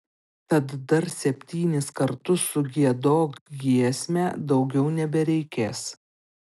tad dar septynis kartus sugiedok giesmę daugiau nebereikės